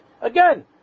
Again